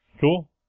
Cool